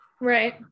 Right